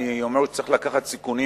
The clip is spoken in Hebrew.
אני אומר שצריך גם לקחת סיכונים